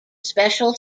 special